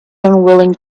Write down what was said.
unwilling